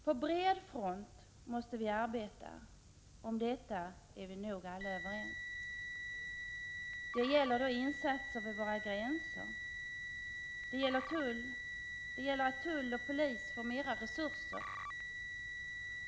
På bred front måste vi arbeta — om detta är vi nog alla överens. Det gäller insatser vid våra gränser, det gäller att tull och polis får mera resurser.